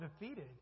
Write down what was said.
defeated